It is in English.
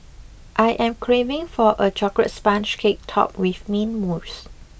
I am craving for a chocolate sponge cake topped with mint mousse